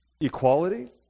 equality